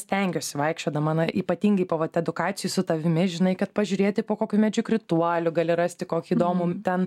stengiuosi vaikščiodama na ypatingai po vat edukacijų su tavimi žinai kad pažiūrėti po kokiu medžiu krituolių gali rasti kokį įdomų ten